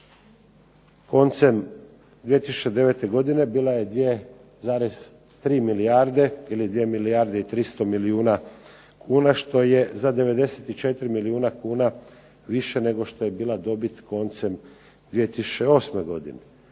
koncem 2009. godine bila je 2,3 milijarde ili 2 milijarde i 300 milijuna kuna, što je za 94 milijuna kuna više nego što je bila dobit koncem 2008. godine.